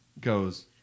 goes